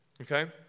Okay